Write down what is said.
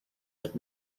had